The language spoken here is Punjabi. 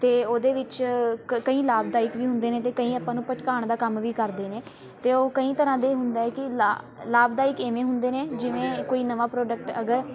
ਅਤੇ ਉਹਦੇ ਵਿੱਚ ਕ ਕਈ ਲਾਭਦਾਇਕ ਵੀ ਹੁੰਦੇ ਨੇ ਅਤੇ ਕਈ ਆਪਾਂ ਨੂੰ ਭਟਕਾਉਣ ਦਾ ਕੰਮ ਵੀ ਕਰਦੇ ਨੇ ਅਤੇ ਉਹ ਕਈ ਤਰ੍ਹਾਂ ਦੇ ਹੁੰਦਾ ਕਿ ਲਾ ਲਾਭਦਾਇਕ ਇਵੇਂ ਹੁੰਦੇ ਨੇ ਜਿਵੇਂ ਕੋਈ ਨਵਾਂ ਪ੍ਰੋਡਕਟ ਅਗਰ